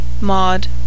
Maud